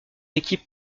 équipes